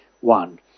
one